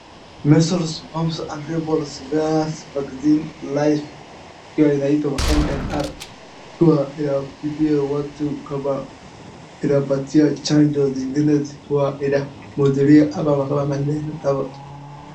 measles, mumps and rubella virus vaccine live ikiwa inaitwa MMR ikiwa ni ya kutibia watu kama inapatia chanjo zingine zikiwa zinamhudhuria ama kama.